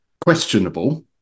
questionable